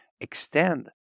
extend